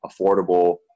affordable